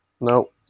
No